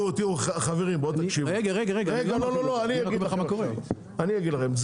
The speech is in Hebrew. חברים בואו תקשיבו אני אגיד לכם,